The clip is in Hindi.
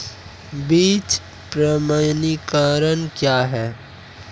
बीज प्रमाणीकरण क्या है?